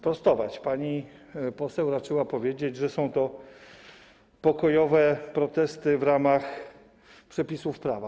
Pani poseł raczyła powiedzieć, że są to pokojowe protesty w ramach przepisów prawa.